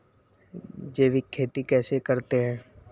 जैविक खेती कैसे करते हैं?